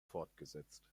fortgesetzt